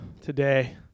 Today